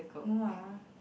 no ah